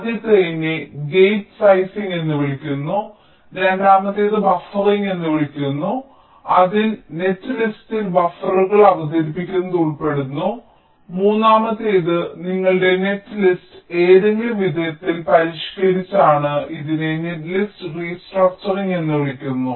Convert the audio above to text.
ആദ്യത്തേതിനെ gate sizing എന്ന് വിളിക്കുന്നു രണ്ടാമത്തേത് ബഫറിംഗ് എന്ന് വിളിക്കുന്നു അതിൽ നെറ്റ് ലിസ്റ്റിൽ ബഫറുകൾ അവതരിപ്പിക്കുന്നത് ഉൾപ്പെടുന്നു മൂന്നാമത്തേത് നിങ്ങളുടെ നെറ്റ്ലിസ്റ്റ് ഏതെങ്കിലും വിധത്തിൽ പരിഷ്ക്കരിച്ചാണ് ഇതിനെ നെറ്റ്ലിസ്റ്റ് റീ സ്ട്രക്ച്ചറിങ് എന്ന് വിളിക്കുന്നു